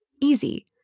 easy